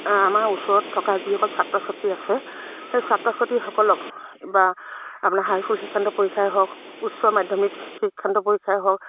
আমাৰ ওচৰত থকা যিসকল ছাত্ৰ ছাত্ৰী আছে সেই ছাত্ৰ ছাত্ৰীসকলক বা আপোনাৰ হাই স্কুল শিক্ষান্ত পৰীক্ষাই হওক উচ্চ মাধ্যমিক শিক্ষান্ত পৰীক্ষাই হওক